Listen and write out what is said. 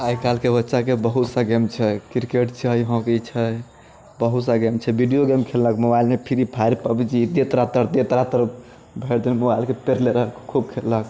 आइ काल्हिके बच्चाके बहुत सा गेम छै क्रिकेट छै हॉकी छै बहुत सारा गेम छै वीडियो गेम खेललक मोबाइलमे फ्री फायर पब जी दे तरातर दे तरातर भरि दिन मोबाइलके पेरले रहल खूब खेललक